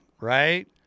right